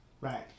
right